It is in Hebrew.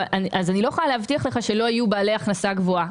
אני לא יכולה להבטיח לך שלא יהיו בעלי הכנסה גבוהה,